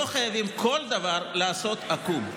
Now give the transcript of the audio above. לא חייבים כל דבר לעשות עקום.